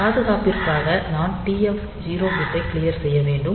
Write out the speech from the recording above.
பாதுகாப்பிற்காக நாம் TF0 பிட்டை க்ளியர் செய்ய வேண்டும்